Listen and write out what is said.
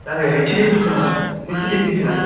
நாங்கள் HDFC finance HDFC finance